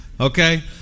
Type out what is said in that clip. Okay